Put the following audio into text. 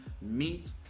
meet